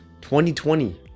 2020